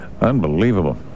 Unbelievable